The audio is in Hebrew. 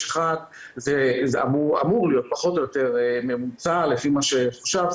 אחד זה אמור להיות פחות או יותר ממוצע לפי מה שחושב,